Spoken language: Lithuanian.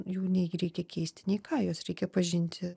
jų nei reikia keisti nei ką juos reikia pažinti